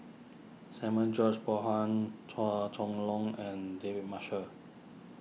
Samuel George Bonham Chua Chong Long and David Marshall